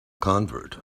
convert